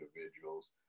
individuals